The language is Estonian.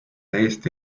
eesti